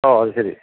ഓ അതുശരി